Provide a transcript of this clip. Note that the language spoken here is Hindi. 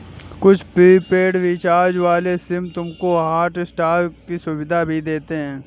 कुछ प्रीपेड रिचार्ज वाले सिम तुमको हॉटस्टार की सुविधा भी देते हैं